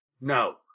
No